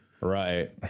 right